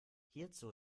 hierzu